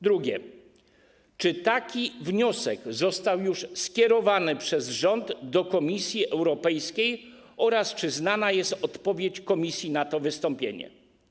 Drugie: Czy taki wniosek został już skierowany przez rząd do Komisji Europejskiej oraz czy znana jest odpowiedź komisji na to wystąpienie?